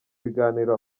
biganiro